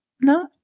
no